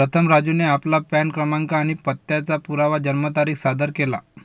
प्रथम राजूने आपला पॅन क्रमांक आणि पत्त्याचा पुरावा जन्मतारीख सादर केला